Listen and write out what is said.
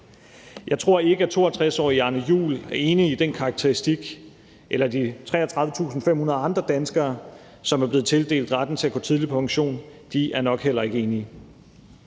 Jeg tror ikke, at 62-årige Arne Juhl er enig i den karakteristik, og de 33.500 andre danskere, som er blevet tildelt retten til at gå tidligt på pension, er nok heller ikke enige,